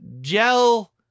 gel